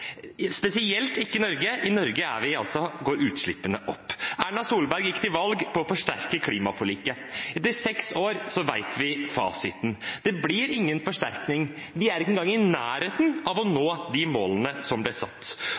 spesielt ikke Norge. I Norge går utslippene opp. Erna Solberg gikk til valg på å forsterke klimaforliket. Etter seks år vet vi fasiten: Det blir ingen forsterkning. Vi er ikke engang i nærheten av å nå de målene som ble satt.